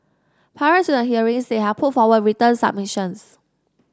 prior to the hearings they had put forward written submissions